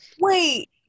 Wait